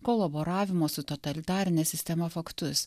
kolaboravimo su totalitarine sistema faktus